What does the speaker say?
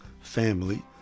family